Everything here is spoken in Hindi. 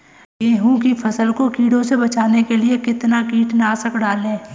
गेहूँ की फसल को कीड़ों से बचाने के लिए कितना कीटनाशक डालें?